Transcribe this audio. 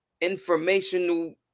informational